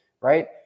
right